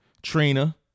Trina